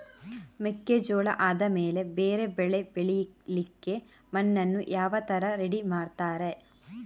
ಮೆಕ್ಕೆಜೋಳ ಆದಮೇಲೆ ಬೇರೆ ಬೆಳೆ ಬೆಳಿಲಿಕ್ಕೆ ಮಣ್ಣನ್ನು ಯಾವ ತರ ರೆಡಿ ಮಾಡ್ತಾರೆ?